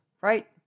right